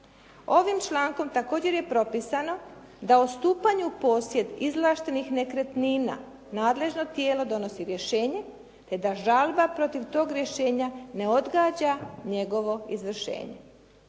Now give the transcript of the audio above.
Ovim člankom također je propisano da o stupanju u posjed izvlaštenih nekretnina nadležno tijelo donosi rješenje te da žalba protiv tog rješenja ne odgađa njegovo izvršenje.